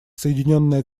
соединенное